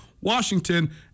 Washington